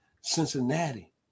Cincinnati